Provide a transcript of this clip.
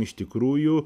iš tikrųjų